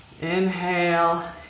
Inhale